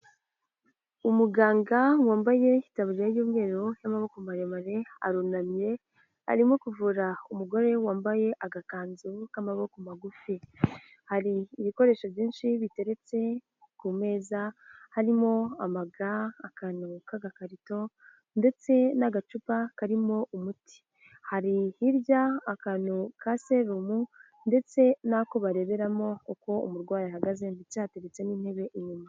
Umuganga wambaye itaburiya y'umweru n'amaboko maremare arunamye arimo kuvura umugore wambaye agakanzu k'amaboko magufi, hari ibikoresho byinshi biteretse ku meza harimo: ama ga, akantu k'agakarito ndetse n'agacupa karimo umuti, hari hirya akantu ka serumu ndetse n'ako bareberamo uko umurwayi ahagaze ndetse hateretse n'intebe inyuma.